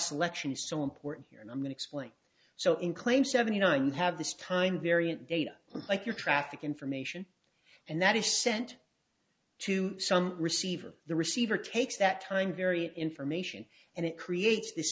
selection is so important here and i'm going to explain so in claim seventy nine you have this time variant data like your traffic information and that is sent to some receiver the receiver takes that time very information and it creates this